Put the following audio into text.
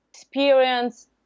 Experience